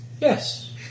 Yes